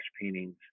paintings